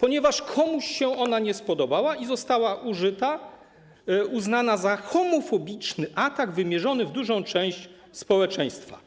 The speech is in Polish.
ponieważ komuś się ona nie spodobała i została uznana za homofobiczny atak wymierzony w dużą część społeczeństwa